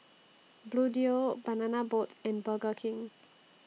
Bluedio Banana Boat and Burger King